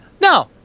No